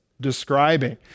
describing